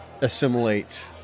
assimilate